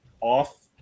off